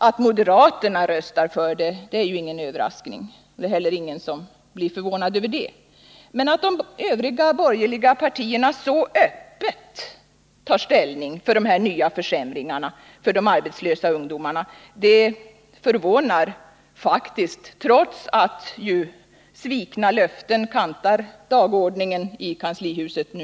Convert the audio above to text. Att moderaterna röstar för förslaget är ju ingen överraskning — det är heller ingen som blir förvånad över det. Men att de övriga borgerliga partierna så öppet tar ställning för nya försämringar för de arbetslösa ungdomarna, det förvånar faktiskt, trots att svikna löften numera hör till ordningen för dagen i kanslihuset.